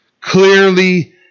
clearly